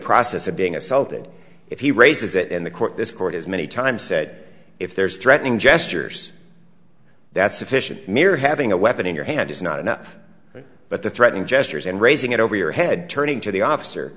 process of being assaulted if he raises it in the court this court has many times said if there's threatening gestures that's sufficient mir having a weapon in your hand is not enough but the threatening gestures and raising it over your head turning to the officer